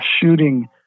shooting